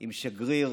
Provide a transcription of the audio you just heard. עם שגריר